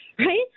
Right